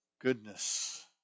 goodness